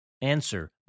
Answer